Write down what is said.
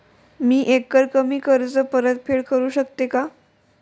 मी एकरकमी कर्ज परतफेड करू शकते का?